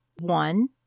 One